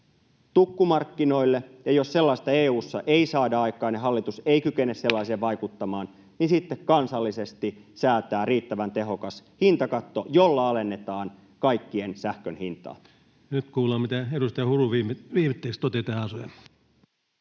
tukkumarkkinoille, ja jos sellaista EU:ssa ei saada aikaan ja hallitus ei kykene sellaiseen vaikuttamaan, niin sitten kansallisesti säätää riittävän tehokas hintakatto, jolla alennetaan kaikkien sähkön hintaa. Nyt kuullaan, mitä edustaja Huru viimetteeksi toteaa tähän asiaan.